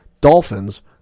Dolphins